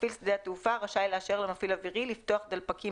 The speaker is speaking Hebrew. מפעיל שדה התעופה רשאי לאפשר למפעיל אווירי לפתוח דלפקים